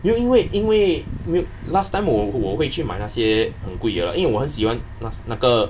因为因为因为因为 last time 我我会去买那些很贵得来因为我很喜欢那那个